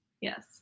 Yes